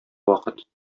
вакыт